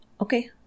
Okay